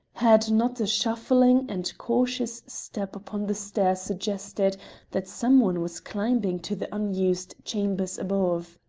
had not a shuffling and cautious step upon the stair suggested that some one was climbing to the unused chambers above.